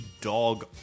Dog